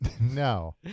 No